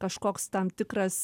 kažkoks tam tikras